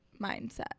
mindset